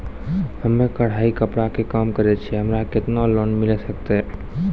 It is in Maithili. हम्मे कढ़ाई कपड़ा के काम करे छियै, हमरा केतना लोन मिले सकते?